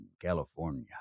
California